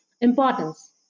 importance